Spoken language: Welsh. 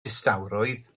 distawrwydd